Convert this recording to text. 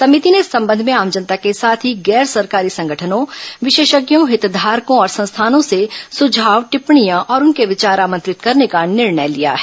सभिति ने इस संबंध में आम जनता के साथ ही गैर सरकारी संगठनों विशेषज्ञों हितधारकों और संस्थानों से सुझाव टिप्पणियां और उनके विचार आमंत्रित करने का निर्णय लिया है